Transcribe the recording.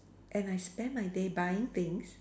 and I spend my day buying things